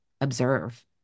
observe